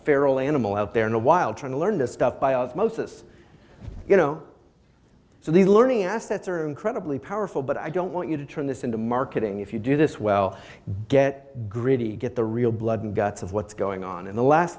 feral animal out there in a while trying to learn this stuff by osmosis you know so the learning assets are incredibly powerful but i don't want you to turn this into marketing if you do this well get greedy get the real blood and guts of what's going on in the last